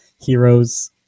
heroes